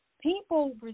people